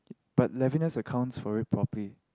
but Levinas accounts for it properly